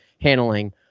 handling